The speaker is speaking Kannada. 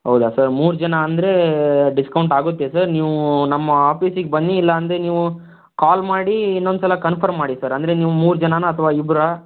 ಹೌದಾ ಸರ್ ಮೂರು ಜನ ಅಂದರೆ ಡಿಸ್ಕೌಂಟ್ ಆಗುತ್ತೆ ಸರ್ ನೀವು ನಮ್ಮ ಆಪೀಸಿಗೆ ಬನ್ನಿ ಇಲ್ಲ ಅಂದರೆ ನೀವು ಕಾಲ್ ಮಾಡಿ ಇನ್ನೊಂದು ಸಲ ಕನ್ಫರ್ಮ್ ಮಾಡಿ ಸರ್ ಅಂದರೆ ನೀವು ಮೂರು ಜನಾನ ಅಥವಾ ಇಬ್ಬರಾ